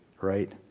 right